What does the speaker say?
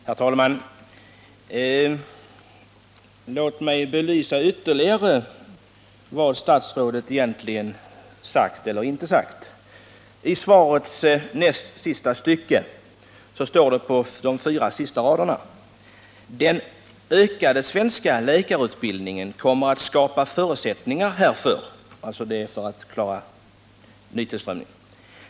Herr talman! Låt mig ytterligare belysa vad statsrådet egentligen har sagt eller inte sagt. I svarets näst sista stycke står det på de sista raderna: ”Den ökade svenska läkarutbildningen kommer att skapa förutsättningar härför.” Det är alltså för att klara nytillströmningen.